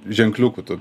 ženkliuku tu